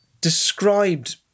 described